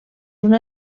una